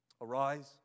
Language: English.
Arise